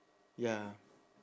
ya